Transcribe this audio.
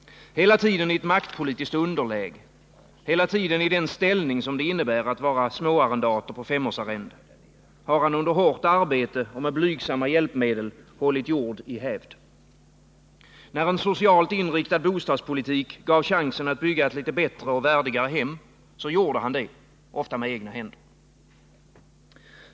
Hela tiden i ett maktpolitiskt underläge, hela tiden i den ställning som det innebär att vara småarrendator på femårsarrende, har han under hårt arbete och med blygsamma hjälpmedel hållit jord i hävd. När en socialt inriktad bostadspolitik gav honom chansen att bygga ett litet bättre och värdigare hem gjorde han det — ofta med egna händer.